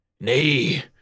Nay